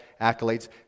accolades